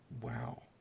Wow